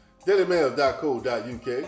Dailymail.co.uk